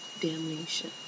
damnation